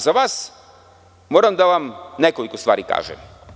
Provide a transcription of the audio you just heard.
Za vas, moram da vam nekoliko stvari kažem.